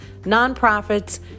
nonprofits